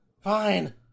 Fine